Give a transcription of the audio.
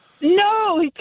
No